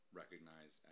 recognize